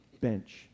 bench